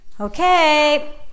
Okay